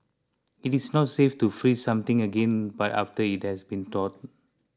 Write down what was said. it is not safe to freeze something again but after it has been thawed